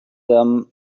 them